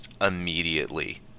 immediately